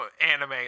anime